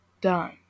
done